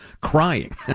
crying